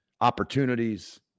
opportunities